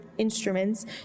instruments